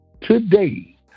today